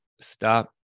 stop